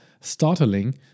startling